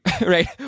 right